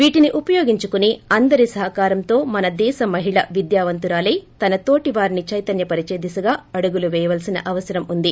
వీటిని ఉపయోగించుకుని అందరి సహకారంతో మన దేశ మహిళా విద్యా వంతురాలై తన తోటి వారిని చైతన్య పరిచే దిశగా అడుగులు వేయవలసిన అవసరముంది